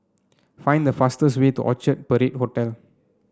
find the fastest way to Orchard Parade Hotel